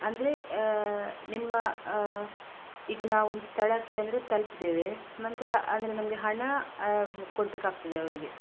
ಅಂದರೆ ನಿಮ್ಮ ಈಗ ನಾವೊಂದು ಸ್ಥಳಕ್ಕೆ ಅಂದರೆ ತಲುಪಿದ್ದೇವೆ ನಂತರ ಅಂದರೆ ನಮಗೆ ಹಣ ಕೊಡಬೇಕಾಗ್ತದೆ ಅವರಿಗೆ